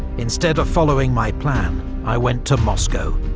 instead of following my plan i went to moscow.